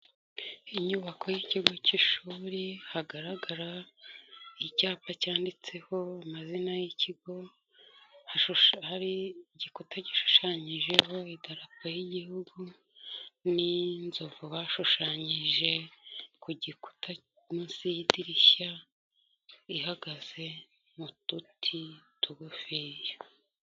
Inyubako y'ikigo k'ishuri, hagaragara icyapa cyanditseho amazina y'ikigo, hari igikuta gishushanyijeho idarapo y'igihugu, n'inzovu bashushanyije ku gikuta munsi y'idirishya, ihagaze mu duti tugufiya.